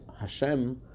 Hashem